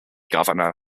governor